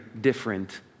different